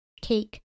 Cake